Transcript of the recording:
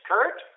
Kurt